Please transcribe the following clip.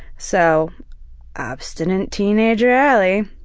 so obstinate teenager ali